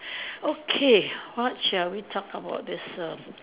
okay what shall we talk about this err